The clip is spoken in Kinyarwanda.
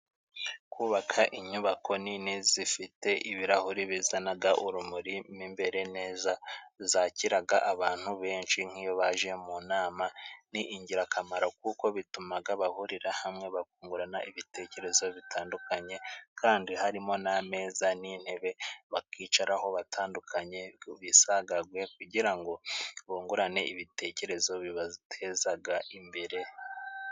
kubaka inyubako nini zifite ibirahuri bizanaga urumuri mw'imbere neza zakiraga abantu benshi nk'iyo baje mu nama ni ingirakamaro kuko bitumaga bahurira hamwe bakungurana ibitekerezo bitandukanye kandi harimo n'ameza n'intebe bakicaraho batandukanye bisagaguye kugira ngo bungurane ibitekerezo bibatezaga imbere